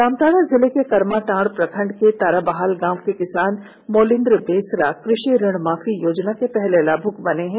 जामताड़ा जिले के करमाटांड प्रखंड के ताराबहाल गांव के किसान मोलिंद्र बेसरा कृषि ऋण माफी योजना के पहले लाभुक बने हैं